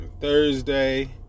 Thursday